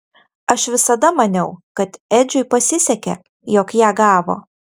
aš visada maniau kad edžiui pasisekė jog ją gavo